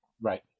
Right